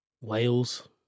Wales